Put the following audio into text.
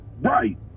Right